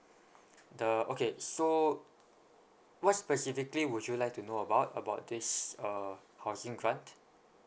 the okay so what specifically would you like to know about about this uh housing grant